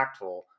impactful